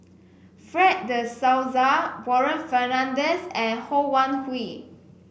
Fred De Souza Warren Fernandez and Ho Wan Hui